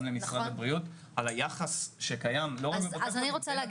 גם למשרד הבריאות על היחס שקיים לא רק --- אז אני רוצה להגיד